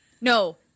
No